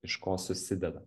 iš ko susideda